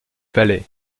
palais